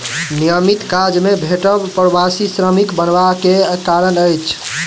नियमित काज नै भेटब प्रवासी श्रमिक बनबा के कारण अछि